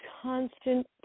constant